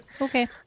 okay